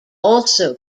also